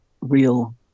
real